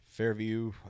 Fairview